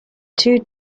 two